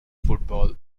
football